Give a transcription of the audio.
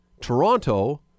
Toronto